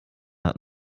hat